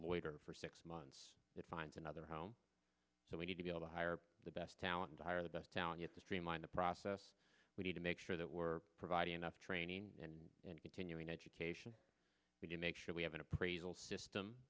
wait or for six months to find another home so we need to be able to hire the best talent hire the best down yet to streamline the process we need to make sure that we're providing enough training and and continuing education we can make sure we have an appraisal system